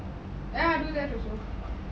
ya do that also